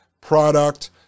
product